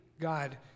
God